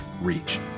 reach